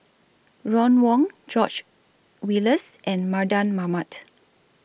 Ron Wong George Oehlers and Mardan Mamat